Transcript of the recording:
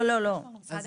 משרד